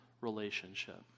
relationship